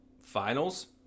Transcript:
Finals